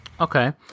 Okay